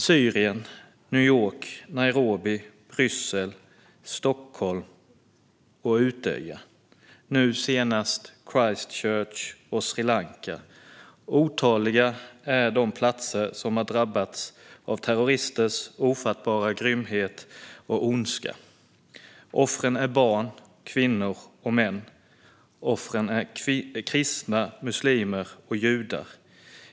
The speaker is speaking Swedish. Syrien, New York, Nairobi, Bryssel, Stockholm och Utøya, och nu senast Christchurch och Sri Lanka - otaliga är de platser som har drabbats av terroristers ofattbara grymhet och ondska. Offren är barn, kvinnor och män, och offren är kristna, muslimer och judar.